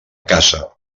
caça